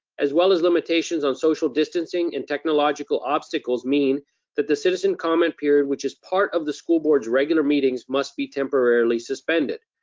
as well as limitations on social distancing and technological obstacles, mean that the citizen comment period which is part of the school board's regular meetings must be temporarily suspended.